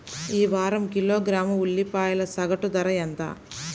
ఈ వారం కిలోగ్రాము ఉల్లిపాయల సగటు ధర ఎంత?